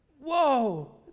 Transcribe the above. whoa